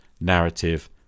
Narrative